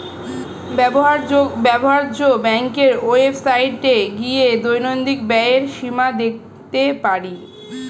ব্যবহার্য ব্যাংকের ওয়েবসাইটে গিয়ে দৈনন্দিন ব্যয়ের সীমা দেখতে পারি